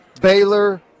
Baylor